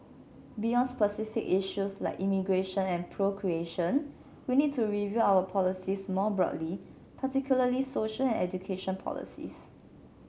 beyond specific issues like immigration and procreation we need to review our policies more broadly particularly social and education policies